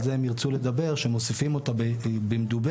זה ירצו לדבר שמוסיפים אותה במדוברת.